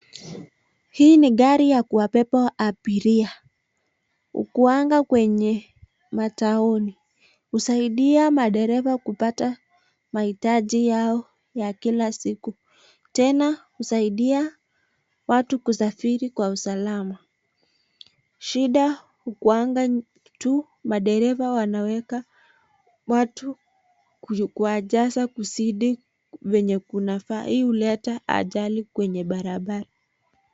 Hii ni gari ya kuwabeba abiria. Hukuwa kwenye mataoni, husaidia madereva kupata mahitaji yao ya kila siku. Tena husaidia watu kusafiri kwa usalama. Shida hukuanga tu madereva wanaweka watu kuwajaza kuzidi vyenye kunafaa, hii huleta ajali kwenye barabara.